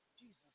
Jesus